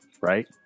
right